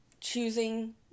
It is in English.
choosing